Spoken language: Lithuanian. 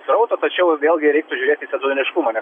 srauto tačiau vėlgi reiktų žiūrėti į sezoniškumą nes